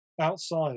outside